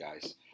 guys